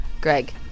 Greg